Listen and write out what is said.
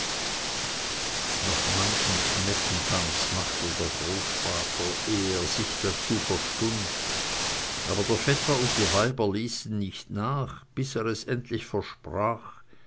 noch manchen schneckentanz machte der großvater ehe er sich dazu verstund aber der vetter und die weiber ließen nicht nach bis er es endlich versprach